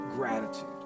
gratitude